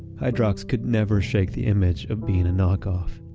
hydrox could never shake the image of being a knock-off,